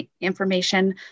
information